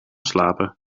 slapen